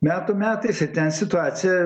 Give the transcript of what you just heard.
metų metais ir ten situacija